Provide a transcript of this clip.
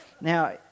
Now